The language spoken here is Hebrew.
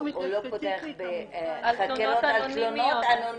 הוא לא פותח בחקירות על תלונות אנונימיות